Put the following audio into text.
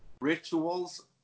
rituals